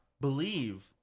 believe